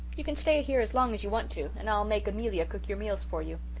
you can stay here as long as you want to and i'll make amelia cook your meals for you.